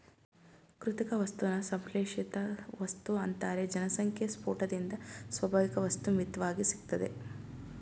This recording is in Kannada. ಕೃತಕ ವಸ್ತುನ ಸಂಶ್ಲೇಷಿತವಸ್ತು ಅಂತಾರೆ ಜನಸಂಖ್ಯೆಸ್ಪೋಟದಿಂದ ಸ್ವಾಭಾವಿಕವಸ್ತು ಮಿತ್ವಾಗಿ ಸಿಗ್ತದೆ